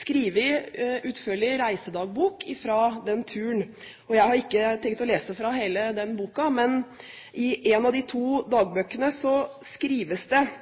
skrevet utførlige reisedagbøker fra den turen. Jeg har ikke tenkt å lese alt. Men i en av de to dagbøkene ble det,